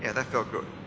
and that felt good.